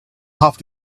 have